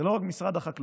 זה לא רק משרד החקלאות,